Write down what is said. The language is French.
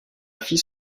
fille